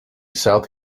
south